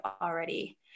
already